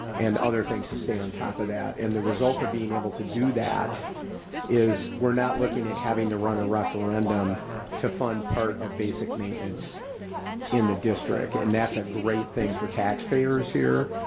and other things to stay on top of that. and the result of being able to do that is we're not looking at having to run a referendum to fund part of basic maintenance in the district. and that's a great thing for taxpayers here,